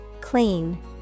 Clean